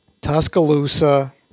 Tuscaloosa